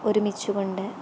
ഒരുമിച്ചുകൊണ്ട്